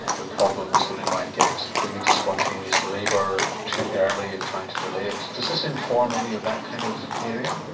the problems that you might get going into spontaneous labour too early and trying to delay it does this inform any of that kind of area?